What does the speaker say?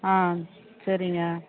ஆ சரிங்க